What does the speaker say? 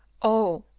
oh!